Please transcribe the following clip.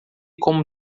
como